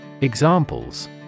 Examples